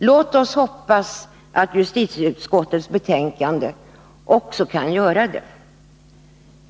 Låt oss hoppas att justitieutskottets betänkande också kan göra det!